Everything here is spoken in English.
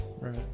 right